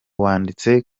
wanditswe